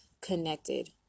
connected